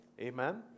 Amen